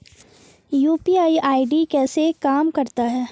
UPI ID कैसे काम करता है?